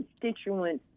constituents